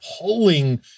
pulling